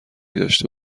داشته